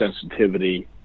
sensitivity